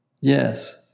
Yes